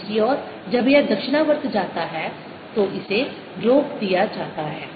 दूसरी ओर जब यह दक्षिणावर्त जाता है तो इसे रोक दिया जाता है